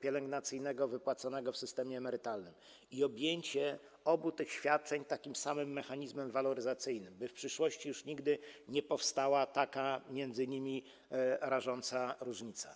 pielęgnacyjnego wypłaconego w systemie emerytalnym i objęcie obu tych świadczeń takim samym mechanizmem waloryzacyjnym, by w przyszłości już nigdy nie powstała między nimi taka rażąca różnica?